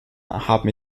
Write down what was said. haben